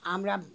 আমরা